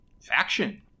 faction